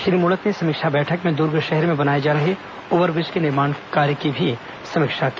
श्री मूणत ने समीक्षा बैठक में दुर्ग शहर में बनाए जा रहे ओव्हरब्रिज के निर्माण की भी समीक्षा की